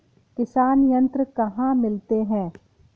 किसान यंत्र कहाँ मिलते हैं?